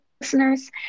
listeners